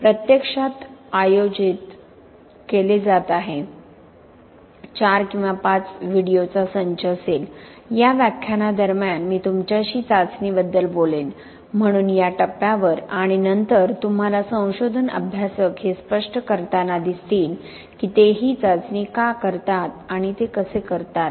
प्रत्यक्षात आयोजित केले जात आहे चार किंवा पाच व्हिडिओंचा संच असेल या व्याख्यानादरम्यान मी तुमच्याशी चाचणीबद्दल बोलेन म्हणून या टप्प्यावर आणि नंतर तुम्हाला संशोधन अभ्यासक हे स्पष्ट करताना दिसतील की ते ही चाचणी का करतात आणि ते कसे करतात